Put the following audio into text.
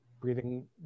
Breathing